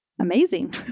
amazing